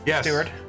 steward